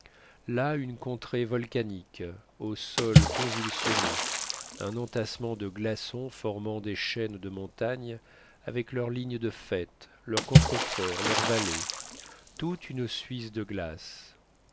là une contrée volcanique au sol convulsionné un entassement de glaçons formant des chaînes de montagnes avec leur ligne de faîte leurs contreforts leurs vallées toute une suisse de glace